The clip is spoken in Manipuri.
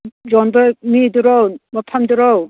ꯌꯣꯟꯕ ꯃꯤꯗꯨꯔꯣ ꯃꯐꯝꯗꯨꯔꯣ